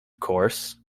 course